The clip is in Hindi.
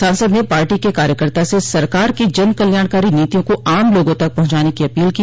सांसद ने पार्टी के कार्यकर्ताओं से सरकार की जन कल्याणकारी नीतियों को आम लोगों तक पहुंचाने की अपील की